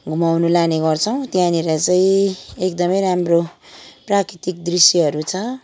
घुमाउनु लाने गर्छौँ त्यहाँनिर चाहिँ एकदमै राम्रो प्राकृतिक दृश्यहरू छ